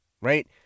Right